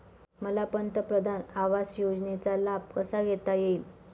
मला पंतप्रधान आवास योजनेचा लाभ कसा घेता येईल?